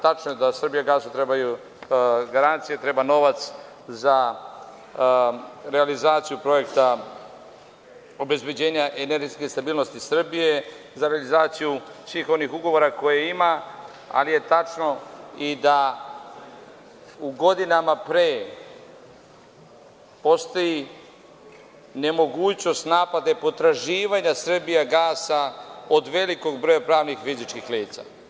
Tačno je da „Srbijagasu“ trebaju garancije, treba novac za realizaciju projekta obezbeđenja energetske stabilnosti Srbije, za realizaciju svih onih ugovora koje ima, ali je tačno i da u godinama pre postoji nemogućnost naplate potraživanja „Srbijagasa“ od velikog broja pravnih i fizičkih lica.